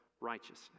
righteousness